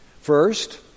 First